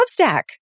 Substack